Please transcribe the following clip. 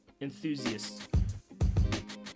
enthusiasts